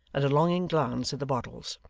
and a longing glance at the bottles.